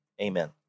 Amen